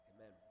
Amen